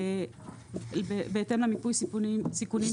בהתאם למיפוי הסיכונים.